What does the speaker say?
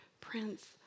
prince